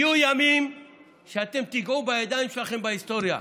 יהיו ימים שאתם תיגעו בידיים שלכם בהיסטוריה,